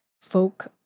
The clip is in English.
folk